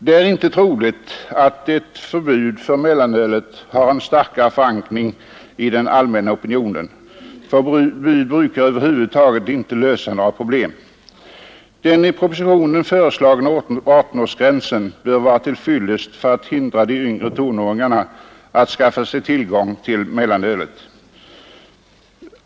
Det är inte troligt att ett förbud mot mellanöl har en starkare förankring i den allmänna opinionen. Förbud brukar över huvud taget inte lösa några problem. Den i propositionen föreslagna 18-årsgränsen bör vara till fyllest för att hindra de yngre tonåringarna att skaffa sig tillgång till mellanölet.